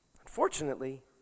Unfortunately